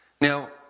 Now